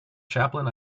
chaplain